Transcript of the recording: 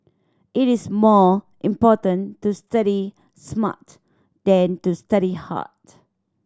it is more important to study smart than to study hard